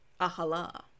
Ahala